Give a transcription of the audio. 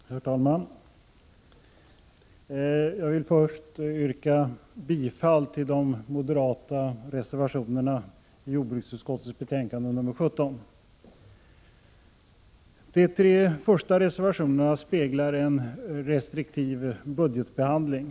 Herr talman! Jag vill först yrka bifall till de moderata reservationerna i jordbruksutskottets betänkande 17. De tre första reservationerna speglar en restriktiv budgetbehandling.